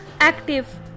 active